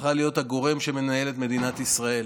הפכה להיות הגורם שמנהל את מדינת ישראל.